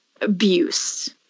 abuse